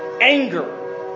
Anger